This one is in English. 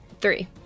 Three